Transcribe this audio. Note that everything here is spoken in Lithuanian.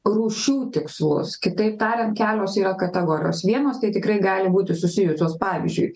rūšių tikslus kitaip tariant kelios yra kategorijos vienos tai tikrai gali būti susijusios pavyzdžiui